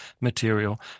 material